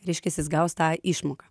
reiškias jis gaus tą išmoką